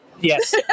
Yes